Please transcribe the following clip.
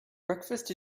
breakfast